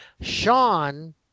Sean